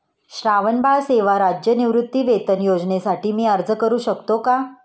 श्रावणबाळ सेवा राज्य निवृत्तीवेतन योजनेसाठी मी अर्ज करू शकतो का?